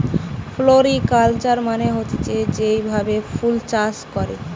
floriculture মানে হতিছে যেই ভাবে ফুল চাষ করে